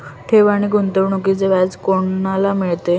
ठेव किंवा गुंतवणूकीचे व्याज कोणाला मिळते?